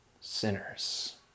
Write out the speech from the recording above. sinners